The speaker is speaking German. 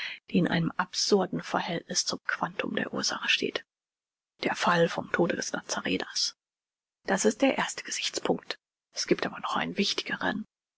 die in einem absurden verhältniß zum quantum der ursache steht der fall vom tode des nazareners das ist der erste gesichtspunkt es giebt aber noch einen wichtigeren